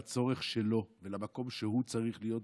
על הצורך שלו ועל המקום שהוא צריך להיות בו.